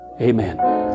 Amen